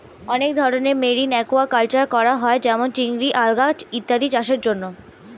অনেক ধরনের marine aquaculture করা হয় যেমন চিংড়ি, আলগা ইত্যাদি চাষের জন্যে